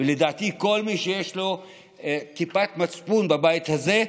וכל מה שבאמת חשוב לכם זה אתם עצמכם?